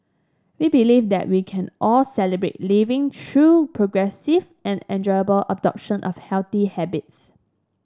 we believe that we can all Celebrate Living through progressive and enjoyable adoption of healthy habits